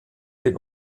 den